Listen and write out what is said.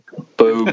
Boom